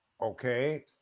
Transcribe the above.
Okay